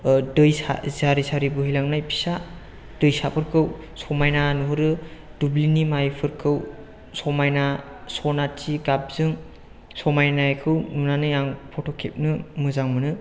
दै सा सारि सारि बोहैलांनाय फिसा दैसाफाेरखौ समायना नुहरो दुब्लिनि माइफोरखौ समायना सनाथि गाबजों समायनायखौ नुनानै आं फट' खेबनो मोजां मोनो